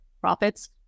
profits